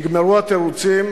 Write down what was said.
נגמרו התירוצים.